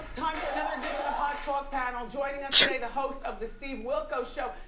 time for another edition of hot talk panel. joining us today the hosts of the steve wilko show,